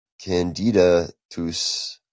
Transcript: candidatus